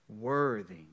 Worthy